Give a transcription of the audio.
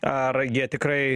ar jie tikrai